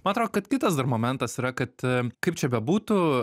man atrodo kad kitas dar momentas yra kad kaip čia bebūtų